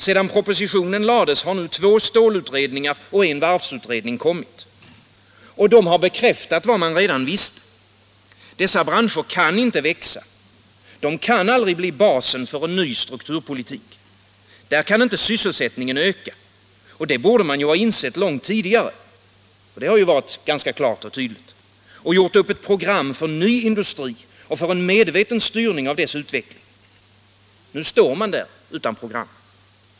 Sedan propositionen lades har två stålutredningar och en varvsutredning kommit, och de har bekräftat vad man redan visste. Dessa branscher kan inte växa. De kan aldrig bli basen för en ny strukturpolitik. Där kan inte sysselsättningen öka. Det borde man ha insett långt tidigare, för det har varit ganska klart och tydligt, och gjort upp ett program för ny industri och en medveten styrning av dess utveckling. Nu står man där utan program.